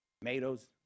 Tomatoes